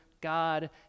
God